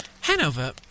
Hanover